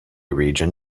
region